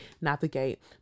navigate